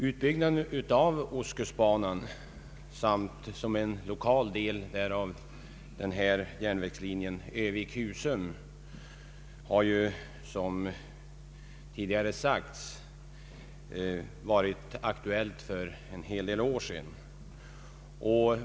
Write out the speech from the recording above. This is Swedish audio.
Utbyggnaden av ostkustbanan samt, som en lokal del härav, järnvägslinjen Örnsköldsvik—Husum, har som tidigare sagts varit aktuell för en hel del år sedan.